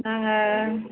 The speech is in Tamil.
நாங்கள்